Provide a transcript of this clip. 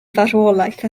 farwolaeth